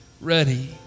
ready